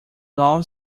love